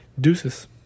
Deuces